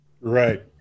Right